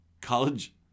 College